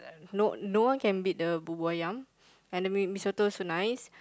no no one can beat the bubur-ayam and the mee mee-soto also nice